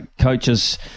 coaches